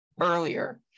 earlier